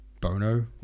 Bono